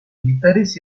militares